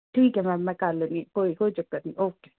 ਠੀਕ ਹੈ ਮੈਮ ਮੈਂ ਕਰ ਲੂੰਗੀ ਕੋਈ ਕੋਈ ਚੱਕਰ ਨਹੀਂ ਓਕੇ